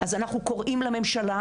אז אנחנו קוראים לממשלה,